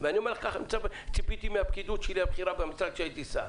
כפי שציפיתי מהפקידות הבכירה שלי במשרד כשהייתי שר,